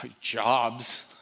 Jobs